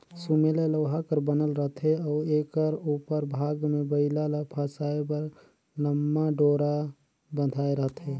सुमेला लोहा कर बनल रहथे अउ एकर उपर भाग मे बइला ल फसाए बर लम्मा डोरा बंधाए रहथे